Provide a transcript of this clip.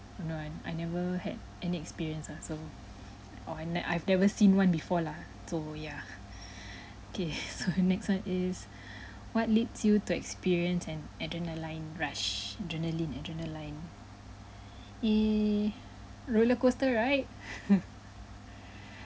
no I I never had any experience ah so or I ne~ I've never seen one before lah so yeah okay so next one is what leads you to experience an adrenaline rush adrenaline adrenaline !ee! roller coaster ride